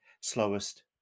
slowest